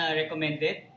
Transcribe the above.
recommended